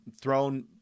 thrown